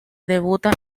debuta